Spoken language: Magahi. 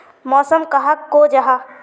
मौसम कहाक को जाहा?